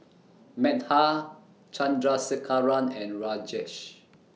Medha Chandrasekaran and Rajesh